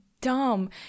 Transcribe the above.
dumb